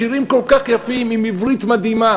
שירים כל כך יפים עם עברית מדהימה.